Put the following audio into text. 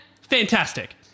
Fantastic